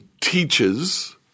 teaches